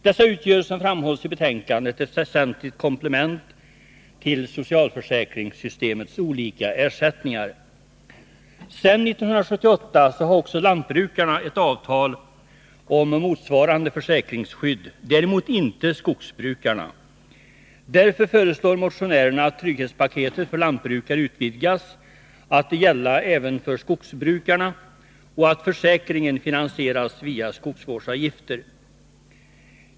Dessa utgör, som framhålls i betänkandet, ett väsentligt komplement till socialförsäkringssystemets olika ersättningar. Sedan 1978 har också lantbrukarna ett avtal om motsvarande försäkringsskydd, däremot inte skogsbrukarna. Därför föreslår motionärerna att trygghetspaketet för lantbrukare utvidgas till att gälla även för skogsbrukarna och att försäkringen finansieras via skogsvårdsavgifter.